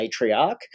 matriarch